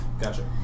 Gotcha